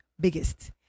biggest